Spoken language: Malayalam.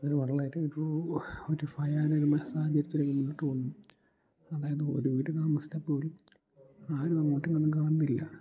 അതൊരു വളരേ ഒരൂ ഒരു ഭയാനകമായ സാഹചര്യത്തിലാണ് മുന്നോട്ട് പോവുന്നത് അതായത് ഒരു വീട്ടിൽ താമസിച്ചാൽപ്പോലും ആരും അങ്ങോട്ടും ഇങ്ങോട്ടും കാണുന്നില്ല